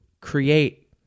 create